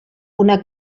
una